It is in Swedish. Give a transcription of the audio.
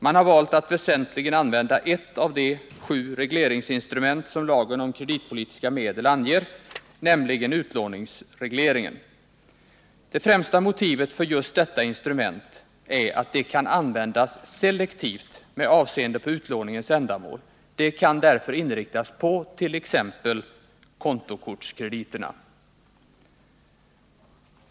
Man har valt att väsentligen använda ett av de sju regleringsinstrument som lagen om kreditpolitiska medel anger, nämligen utlåningsregleringen. Det främsta motivet för just detta instrument är att det kan användas selektivt med avseende på utlåningens ändamål. Det kan därför inriktas särskilt på t.ex. kontokortskrediterna.